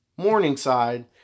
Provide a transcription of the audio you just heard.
Morningside